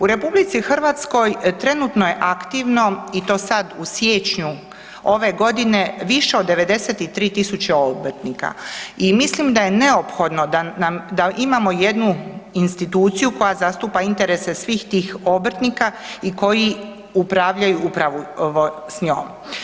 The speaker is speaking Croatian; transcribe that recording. U RH trenutno je aktivno i to sad u siječnju ove godine više od 93.000 obrtnika i mislim da je neophodno da imamo jednu instituciju koja zastupa interese svih tih obrtnika i koji upravljaju upravo s njom.